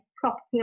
property